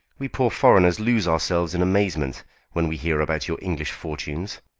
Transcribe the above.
we poor foreigners lose ourselves in amazement when we hear about your english fortunes.